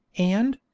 and,